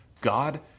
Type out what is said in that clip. god